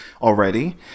already